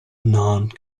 none